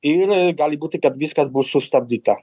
ir gali būti kad viskas bus sustabdyta